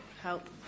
help